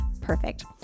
perfect